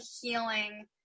healing